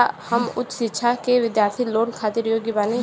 का हम उच्च शिक्षा के बिद्यार्थी लोन खातिर योग्य बानी?